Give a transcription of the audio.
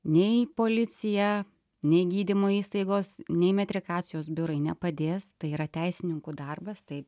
nei policija nei gydymo įstaigos nei metrikacijos biurai nepadės tai yra teisininkų darbas taip